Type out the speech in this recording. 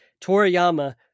Toriyama